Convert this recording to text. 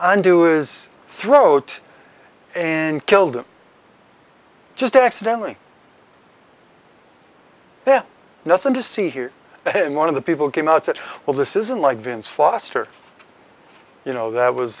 duis throat and killed him just accidentally there nothing to see here him one of the people came out said well this isn't like vince foster you know that was